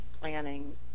planning